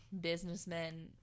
businessmen